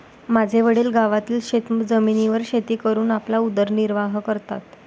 माझे वडील गावातील शेतजमिनीवर शेती करून आपला उदरनिर्वाह करतात